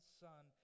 son